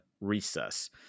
recess